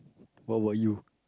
what about you